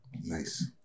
Nice